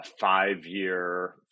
five-year